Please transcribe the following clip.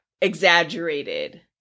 exaggerated